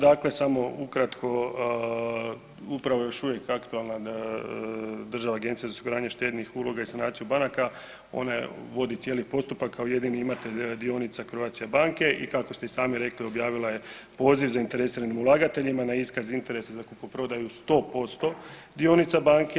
Dakle, samo ukratko upravo je još uvijek aktualan Državna agencija za osiguranje štednih uloga i sanaciju banaka, ona vodi cijeli postupak kao jedini imatelj dionica Croatia banke i kako ste i sami rekli objavila je poziv zainteresiranim ulagatelja na iskaz interesa za kupoprodaju 100% dionica banke.